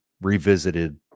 revisited